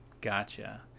gotcha